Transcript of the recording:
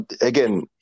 again